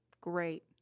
great